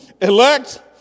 Elect